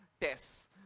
tests